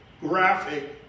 graphic